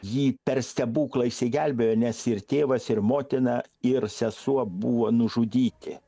ji per stebuklą išsigelbėjo nes ir tėvas ir motina ir sesuo buvo nužudyti